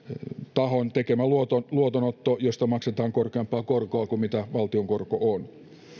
tahon tekemä luotonotto luotonotto josta maksetaan korkeampaa korkoa kuin mitä valtion korko on